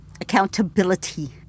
accountability